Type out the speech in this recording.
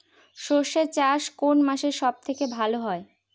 সর্ষে চাষ কোন মাসে সব থেকে ভালো হয়?